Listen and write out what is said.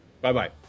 Bye-bye